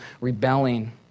rebelling